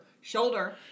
shoulder